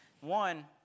one